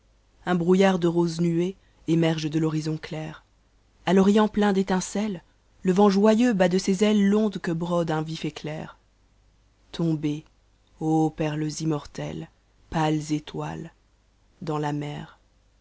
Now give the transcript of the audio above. un brouillard de roses nuées émerge de l'horizon clair a l'orïent plein d'étincehes le vent joyeux bat de ses ailes l'onde que brode un vif éclair tombez ô perles immortelles pâles étoues dans la mer